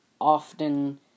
often